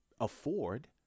afford